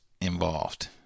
involved